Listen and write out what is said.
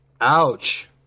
Ouch